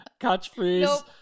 catchphrase